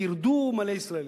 ירדו מלא ישראלים.